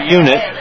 unit